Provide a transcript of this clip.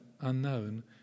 unknown